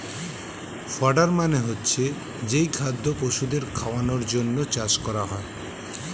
fodder মানে হচ্ছে যেই খাদ্য পশুদের খাওয়ানোর জন্যে চাষ করা হয়